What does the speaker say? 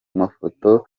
mafoto